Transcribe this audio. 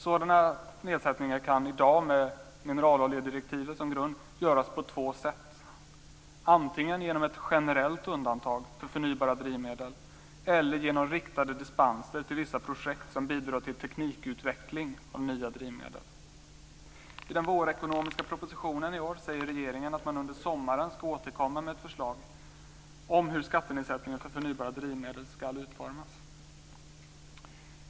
Sådana nedsättningar kan i dag, med mineraloljedirektivet som grund, göras på två sätt. Antingen kan det ske genom ett generellt undantag för förnybara drivmedel eller genom riktade dispenser till vissa projekt som bidrar till teknikutveckling av nya drivmedel. I den ekonomiska vårpropositionen i år säger regeringen att man under sommaren ska återkomma med ett förslag till hur skattenedsättningen för förnybara drivmedel ska utformas.